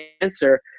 answer